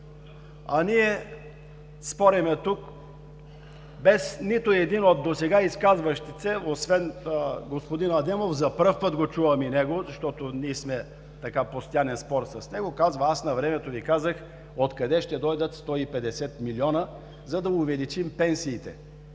Ние спорим тук, без нито един от досега изказващите се, освен господин Адемов – за първи път го чувам и него, защото ние сме в постоянен спор с него, казва: „аз навремето Ви казах от къде ще дойдат 150 милиона, за да увеличим пенсиите“.